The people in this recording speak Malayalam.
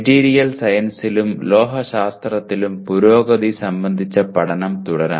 മെറ്റീരിയൽ സയൻസിലും ലോഹശാസ്ത്രത്തിലും പുരോഗതി സംബന്ധിച്ച പഠനം തുടരാൻ